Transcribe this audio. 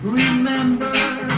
Remember